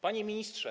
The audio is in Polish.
Panie Ministrze!